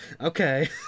Okay